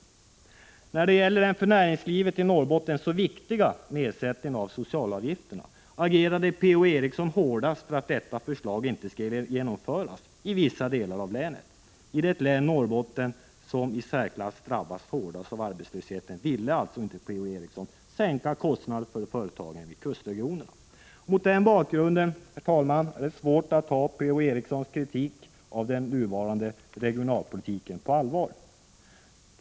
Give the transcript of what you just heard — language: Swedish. I frågan om den för näringslivet i Norrbotten så viktiga nedsättningen av socialavgifterna agerade Per-Ola Eriksson hårdast för att detta förslag inte skulle genomföras i vissa delar av länet. I det län, Norrbotten, som drabbats i särklass hårdast av arbetslöshet, ville alltså Per-Ola Eriksson inte sänka kostnaderna för företagen i kustregionerna. Mot den bakgrunden är det svårt att ta Per-Ola Erikssons kritik av den nuvarande regionalpolitiken på allvar.